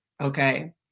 okay